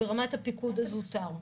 ברמת הפיקוד הזוטר.